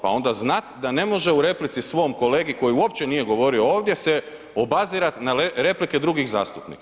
Pa onda znati da ne može u replici svom kolegi koji uopće nije govorio ovdje se obazirati na replike drugih zastupnika.